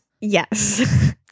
Yes